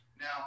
Now